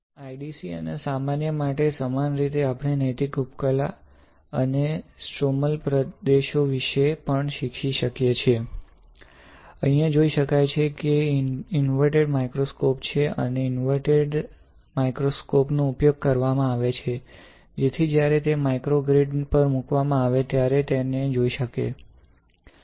IDC અને સામાન્ય માટે સમાન રીતે આપણે નૈતિક ઉપકલા અને સ્ટ્રોમલ પ્રદેશો વિશે પણ શીખી શકીએ છીએ અહીં જોઈ શકાય છે કે ઇનવરટેડ માઇક્રોસ્કોપ છે અને ઇનવરટેડ માઇક્રોસ્કોપ નો ઉપયોગ કરવામાં આવે છે જેથી જ્યારે તે માઇક્રો ગ્રિડ પર મૂકવામાં આવે ત્યારે તેને જોઈ શકે